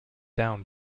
down